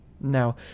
Now